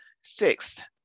Sixth